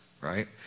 right